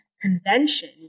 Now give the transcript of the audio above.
convention